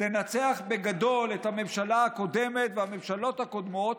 תנצח בגדול את הממשלה הקודמת והממשלות הקודמות,